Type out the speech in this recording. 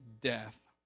death